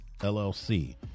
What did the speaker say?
LLC